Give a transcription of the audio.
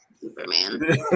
Superman